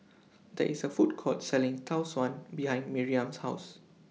There IS A Food Court Selling Tau Suan behind Miriam's House